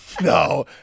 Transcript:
no